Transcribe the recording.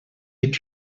est